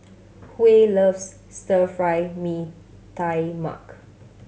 Huey loves Stir Fry Mee Tai Mak